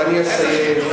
ואני אסיים,